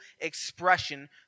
expression